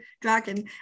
dragon